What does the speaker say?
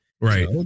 Right